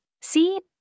See